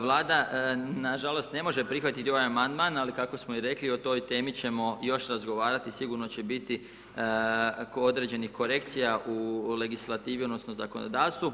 Vlada nažalost ne može prihvatiti ovaj amandman ali kako smo i rekli, o toj temi ćemo još razgovarati, sigurno će biti određenih korekcija u legislativi odnosno zakonodavstvu.